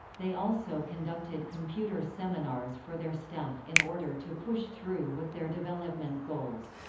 they also conducted computer seminars for their staff in order to push through with their development goals.